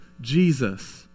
Jesus